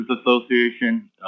Association